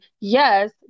Yes